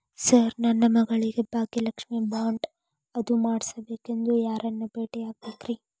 Sir ನನ್ನ ಮಗಳಿಗೆ Bhagyalakshmi bond ಅದು ಮಾಡಿಸಬೇಕೆಂದು ಯಾರನ್ನ ಭೇಟಿಯಾಗಬೇಕ್ರಿ?